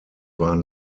waren